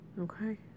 Okay